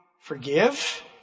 forgive